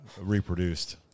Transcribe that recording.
reproduced